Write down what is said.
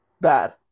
Bad